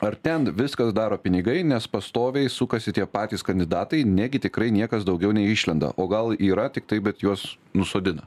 ar ten viską daro pinigai nes pastoviai sukasi tie patys kandidatai negi tikrai niekas daugiau neišlenda o gal yra tiktai bet juos nusodina